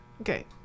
okay